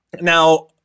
Now